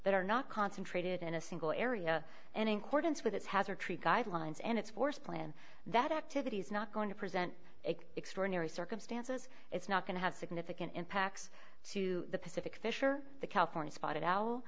that are not concentrated in a single area and in cordons with its hazard tree guidelines and its forest plan that activity is not going to present take extraordinary circumstances it's not going to have significant impacts to the pacific fish or the california spotted owl